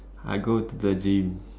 I go to the gym